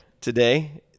today